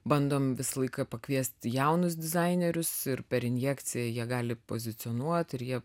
bandom visą laiką pakviesti jaunus dizainerius ir per injekciją jie gali pozicionuot ir jie